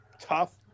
tough